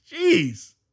Jeez